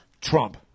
Trump